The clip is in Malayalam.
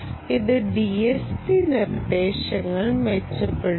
ഇത് DSP നിർദ്ദേശങ്ങൾ മെച്ചപ്പെടുത്തി